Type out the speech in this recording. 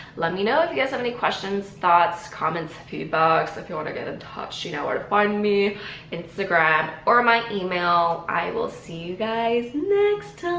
let me know if you guys have any questions, thoughts, comments, feedback so if you wanna get in touch you know where to find me instagram or my email i will see you guys next